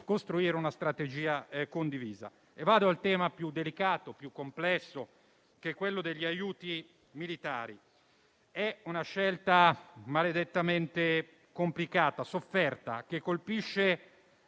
costruire una strategia condivisa. Vado al tema più delicato e più complesso, che è quello degli aiuti militari. È una scelta maledettamente complicata, sofferta, che colpisce